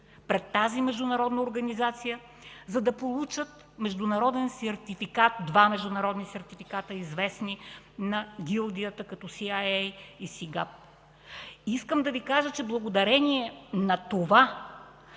пред тази международна организация, за да получат два международни сертификата, известни на гилдията като CIA и СGAP. Искам да Ви кажа, че благодарение на това